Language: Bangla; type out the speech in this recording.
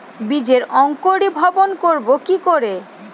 বীজের অঙ্কোরি ভবন করব কিকরে?